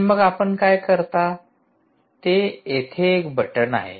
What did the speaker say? आणि मग आपण काय करता ते येथे एक बटण आहे